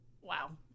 Wow